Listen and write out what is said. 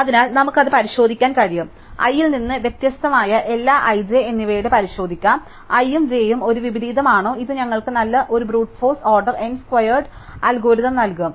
അതിനാൽ നമുക്ക് അത് പരിശോധിക്കാൻ കഴിയും i ൽ നിന്ന് വ്യത്യസ്തമായ എല്ലാ i j എന്നിവയും പരിശോധിക്കാം i ഉം j ഉം ഒരു വിപരീതമാണോ ഇത് ഞങ്ങൾക്ക് ഒരു brute force order n squared algorithm നൽകും